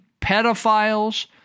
pedophiles